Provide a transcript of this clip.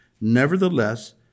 Nevertheless